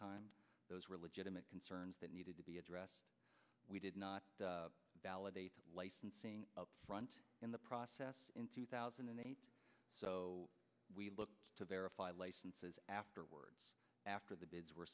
time those were legitimate concerns that needed to be addressed we did not validate licensing up front in the process in two thousand and eight so we looked to verify licenses afterwards after the bids were